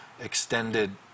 extended